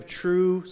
true